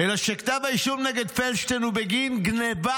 אלא שכתב האישום נגד פלדשטיין הוא בגין גנבת